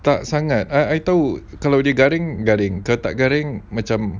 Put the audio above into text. tak sangat ah I [tau] kalau dia garing garing kalau tak garing macam